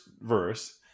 verse